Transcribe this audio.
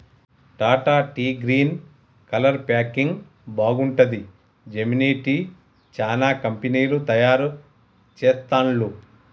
Tata tea green colour packing బాగుంటది, Gemini tea, చానా కంపెనీలు తయారు చెస్తాండ్లు